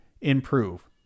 improve